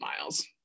miles